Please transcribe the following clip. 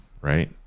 Right